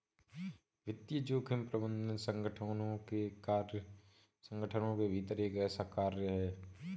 वित्तीय जोखिम प्रबंधन संगठनों के भीतर एक ऐसा कार्य है